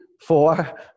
four